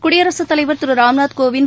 குடியரசுத் தலைவர் திரு ராம்நாத் கோவிந்த்